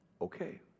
okay